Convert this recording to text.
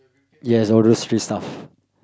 yes all those street stuff